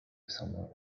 summary